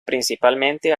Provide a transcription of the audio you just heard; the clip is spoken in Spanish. principalmente